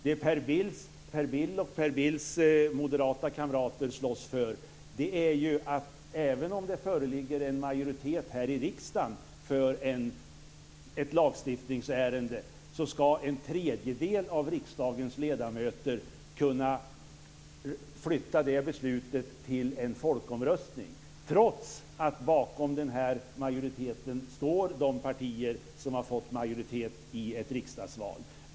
Det som Per Bill och hans moderata kamrater slåss för är att även om det föreligger en majoritet här riksdagen för ett lagstiftningsärende ska en tredjedel av riksdagens ledamöter kunna flytta beslutet till en folkomröstning, trots att de partier som har fått majoritet i ett riksdagsval står bakom beslutet.